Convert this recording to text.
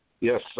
Yes